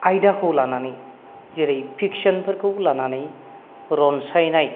आयदाखौ लानानै जेरै फिक्सोनफोरखौ लानानै रन्सायनाय